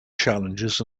challenges